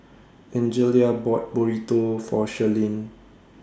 Angelia bought Burrito For Shirleen